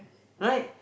right